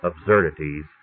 absurdities